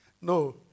No